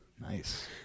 nice